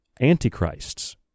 antichrists